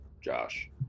Josh